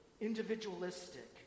individualistic